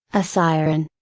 a siren.